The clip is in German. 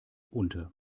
unter